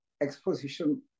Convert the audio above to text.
exposition